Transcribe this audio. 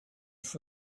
for